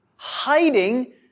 Hiding